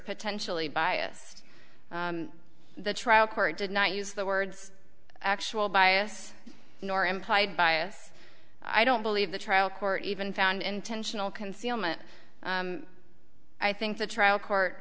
potentially biased the trial court did not use the words actual bias nor implied bias i don't believe the trial court even found intentional concealment i think the trial court